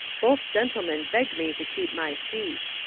both gen tlemen begged me to keep my seat.